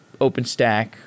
OpenStack